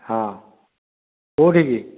ହଁ କେଉଁଠିକି